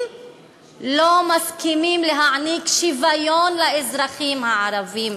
לא מסכימים להעניק שוויון לאזרחים הערבים.